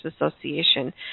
Association